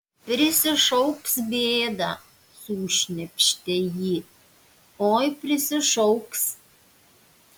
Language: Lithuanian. prisišauks bėdą sušnypštė ji oi prisišauks